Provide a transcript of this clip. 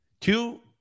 Two